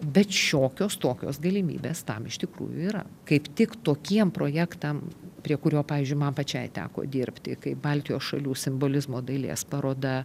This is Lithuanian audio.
bet šiokios tokios galimybės tam iš tikrųjų yra kaip tik tokiem projektam prie kurio pavyzdžiui man pačiai teko dirbti kaip baltijos šalių simbolizmo dailės paroda